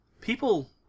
people